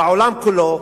בעולם כולו,